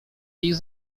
ich